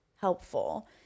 helpful